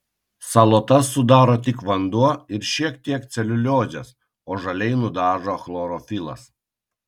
salotas sudaro tik vanduo ir šiek tiek celiuliozės o žaliai nudažo chlorofilas